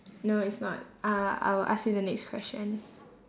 no it's not uh I will ask you the next question